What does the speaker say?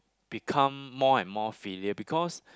become more and more filial because